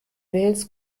wales